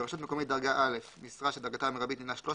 ברשות מקומית דרגה א' משרה שדרגתה המרבית הינה 13